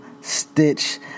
Stitch